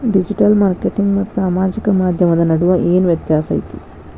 digital marketing ಮತ್ತ ಸಾಮಾಜಿಕ ಮಾಧ್ಯಮದ ನಡುವ ಏನ್ ವ್ಯತ್ಯಾಸ ಐತಿ